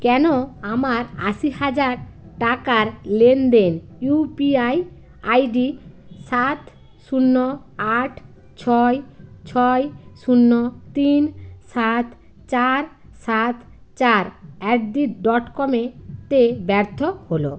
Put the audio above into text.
কেন আমার আশি হাজার টাকার লেনদেন ইউপিআই আইডি সাত শূন্য আট ছয় ছয় শূন্য তিন সাত চার সাত চার অ্যাট দি ডট কমেতে ব্যর্থ হল